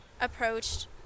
approached